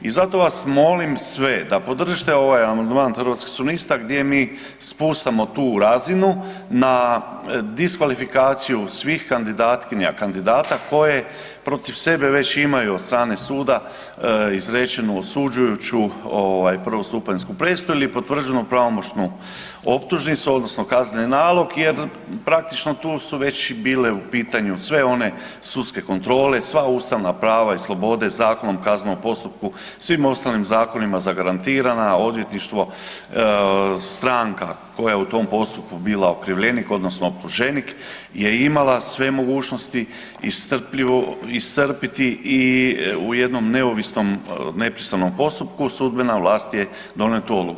I zato vas molim sve da podržite ovaj amandman Hrvatskih suverenista gdje mi spuštamo tu razinu na diskvalifikaciju svih kandidatkinja i kandidata koje protiv sebe već imaju od strane suda izrečenu osuđujuću ovaj prvostupanjsku presudu ili potvrđenu pravomoćnu optužnicu odnosno kazneni nalog jer praktično tu su već i bile u pitanju sve one sudske kontrole, sva ustavna prava i slobode Zakonom o kaznenom postupku i svim ostalim zakonima zagarantirana, a odvjetništvo, stranka koja je u tom postupku bila okrivljenik odnosno optuženik je imala sve mogućnosti i strpljivo iscrpiti i u jednom neovisnom nepristranom postupku sudbena vlast je donijela tu odluku.